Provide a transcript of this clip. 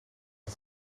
het